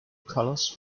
colours